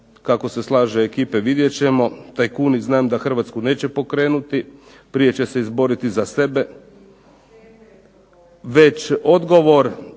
kako se slaže ekipe vidjet ćemo. Tajkuni znam da Hrvatsku neće pokrenuti, prije će se izboriti za sebe. Već odgovor